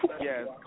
Yes